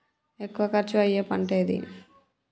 ఎక్కువ ఖర్చు అయ్యే పంటేది?